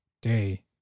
day